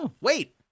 Wait